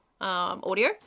audio